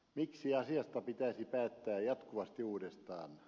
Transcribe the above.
miksi asiasta pitäisi päättää jatkuvasti uudestaan